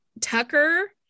tucker